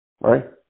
right